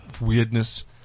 Weirdness